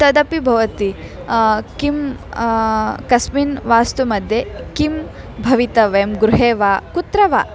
तदपि भवति किं कस्मिन् वास्तुमध्ये किं भवितव्यं गृहे वा कुत्र वा